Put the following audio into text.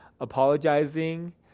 apologizing